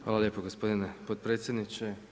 Hvala lijepo gospodine potpredsjedniče.